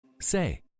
Say